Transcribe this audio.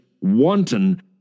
wanton